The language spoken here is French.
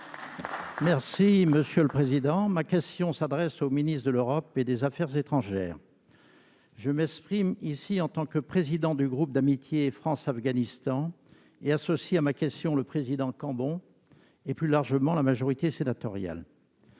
Union Centriste. Ma question s'adresse à M. le ministre de l'Europe et des affaires étrangères. Je m'exprime ici en tant que président du groupe d'amitié France-Afghanistan et j'associe à ma question le président Cambon et, plus largement, la majorité sénatoriale.